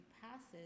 passes